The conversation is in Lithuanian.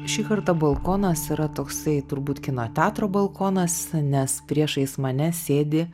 šį kartą balkonas yra toksai turbūt kino teatro balkonas nes priešais mane sėdi